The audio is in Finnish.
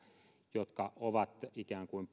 jotka ovat ikään kuin